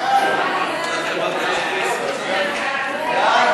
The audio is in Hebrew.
הודעת הממשלה על